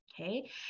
Okay